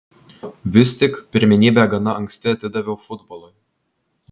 vis tik pirmenybę gana anksti atidaviau futbolui